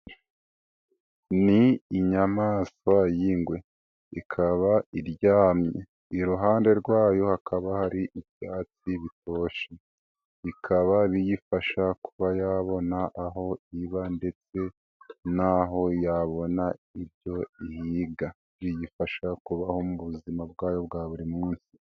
Ni inyamaswa y'ingwe ikaba iryamye iruhande rwayo hakaba hari ibyatsi bitoshye, bikaba biyifasha kuba yabona aho iba, ndetse n'aho yabona ibyo ihiga biyifasha kubaho mu buzima bwayo bwa buri munsi.